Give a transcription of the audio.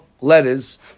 letters